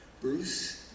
Bruce